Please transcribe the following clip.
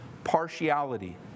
partiality